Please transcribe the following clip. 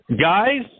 Guys